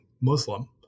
Muslim